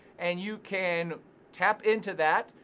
and you can tap into that.